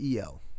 EL